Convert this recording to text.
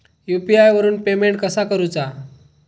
UPI वरून payment कसा करूचा?